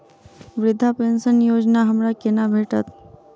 वृद्धा पेंशन योजना हमरा केना भेटत?